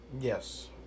yes